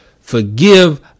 forgive